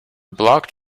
blocked